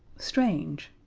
strange.